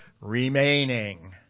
remaining